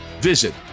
visit